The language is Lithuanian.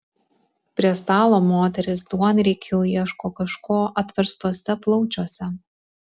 prie stalo moterys duonriekiu ieško kažko atverstuose plaučiuose